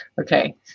Okay